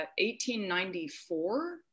1894